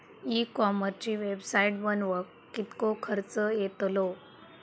E कॉमर्सची website बनवक किततो खर्च येतलो?